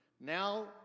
Now